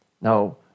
Now